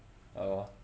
oh